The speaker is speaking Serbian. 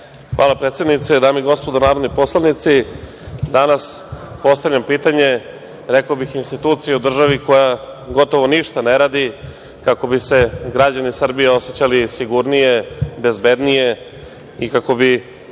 Hvala predsednice. Dame i gospodo narodni poslanici, danas postavljam pitanje instituciji u državi koja gotovo ništa ne radi kako bi se građani Srbije osećali sigurnije, bezbednije i kako bi